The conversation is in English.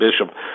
Bishop